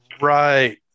Right